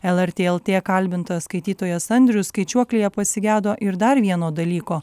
lrt lt kalbintas skaitytojas andrius skaičiuoklėje pasigedo ir dar vieno dalyko